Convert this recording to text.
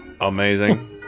Amazing